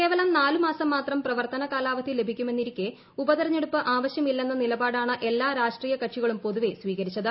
കേവലം നാലു മാസം മാത്രം പ്രവർത്തന കാലാവധി ലഭിക്കുമെന്നിരിക്കേ ഉപ തെരഞ്ഞെടുപ്പ് ആവശ്യമില്ലെന്ന നിലപാടാണ് എല്ലാ രാഷ്ട്രീയ കക്ഷികളും പൊതുവേ സ്വീക്രിച്ചത്